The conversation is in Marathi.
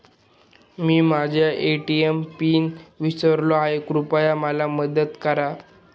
मी माझा ए.टी.एम पिन विसरलो आहे, कृपया मला मदत करा